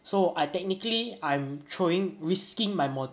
so I technically I'm throwing risking my mo~